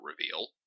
reveal